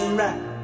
right